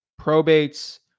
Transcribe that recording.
probates